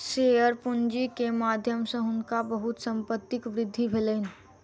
share पूंजी के माध्यम सॅ हुनका बहुत संपत्तिक वृद्धि भेलैन